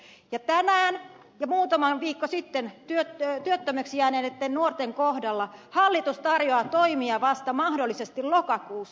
tänään ja muutama viikko sitten työttömäksi jääneitten nuorten kohdalla hallitus tarjoaa toimia vasta mahdollisesti lokakuussa